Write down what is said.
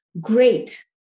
Great